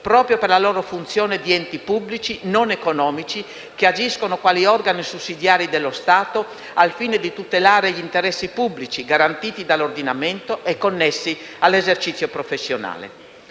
proprio per la loro funzione di enti pubblici non economici che agiscono quali organi sussidiari dello Stato al fine di tutelare gli interessi pubblici, garantiti dell'ordinamento, connessi all'esercizio professionale.